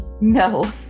no